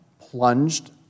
plunged